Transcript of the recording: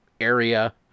area